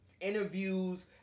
Interviews